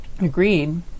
Agreed